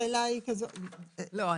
לא,